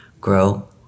grow